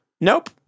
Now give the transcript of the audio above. Nope